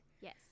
yes